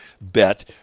bet